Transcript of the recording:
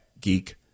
geek